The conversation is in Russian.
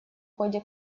ходе